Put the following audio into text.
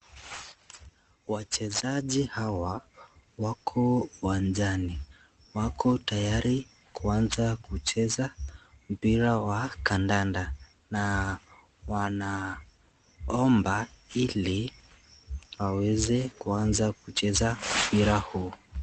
Wachezaji hawa wako uwanjani, wako tayari kuanza kucheza mpira wa kadanda na wanaomba hili waweze kuanza kucheza mpira huu.